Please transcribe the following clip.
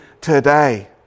today